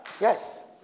Yes